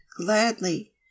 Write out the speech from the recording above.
gladly